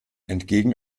entgegen